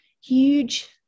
huge